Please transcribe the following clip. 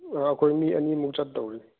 ꯑꯥ ꯑꯩꯈꯣꯏ ꯃꯤ ꯑꯅꯤꯃꯨꯛ ꯆꯠꯇꯧꯔꯤ